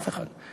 אף אחד.